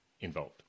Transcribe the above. involved